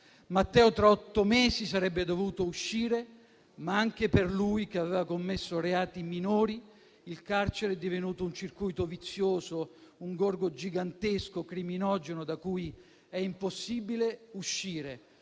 otto mesi Matteo sarebbe dovuto uscire, ma anche per lui, che aveva commesso reati minori, il carcere è divenuto un circuito vizioso, un gorgo gigantesco e criminogeno da cui è impossibile uscire.